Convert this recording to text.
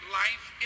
life